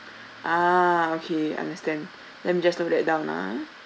ah okay understand let me just note that down ah